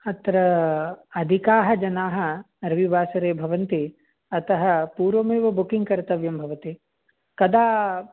अत्र अधिकाः जनाः रविवासरे भवन्ति अतः पूर्वमेव बुक्किङ्ग् कर्तव्यं भवति कदा